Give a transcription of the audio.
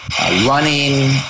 running